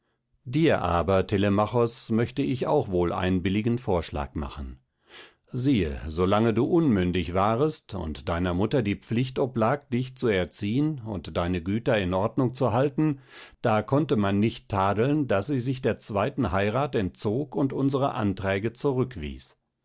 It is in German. dir aber telemachos möchte ich auch wohl einen billigen vorschlag machen siehe so lange du unmündig wärest und deiner mutter die pflicht oblag dich zu erziehen und deine güter in ordnung zu erhalten da konnte man nicht tadeln daß sie sich der zweiten heirat entzog und unsere anträge zurückwies